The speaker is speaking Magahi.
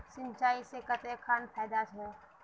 सिंचाई से कते खान फायदा छै?